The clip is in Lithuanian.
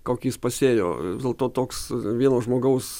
kokį jis pasėjo vis dėlto toks vieno žmogaus